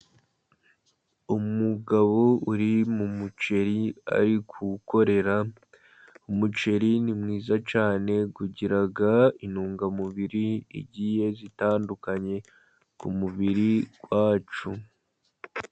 Umugabo uri mu muceri ari kuwukorera, umuceri ni mwiza cyane, ugira intungamubiri zigiye zitandukanye ku mubiri wacu.